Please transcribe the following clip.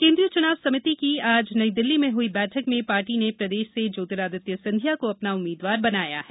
केन्द्रीय चुनाव समिति की आज नई दिल्ली में हुई बैठक में पार्टी ने प्रदेश से ज्योतिरादित्य सिंधिया को अपना उम्मीद्वार बनाया है